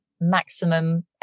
maximum